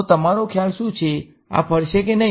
તો તમારો ખ્યાલ શું છે આ ફરશે કે નહી